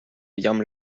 jam